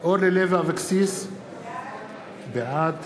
אורלי לוי אבקסיס, בעד